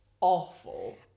awful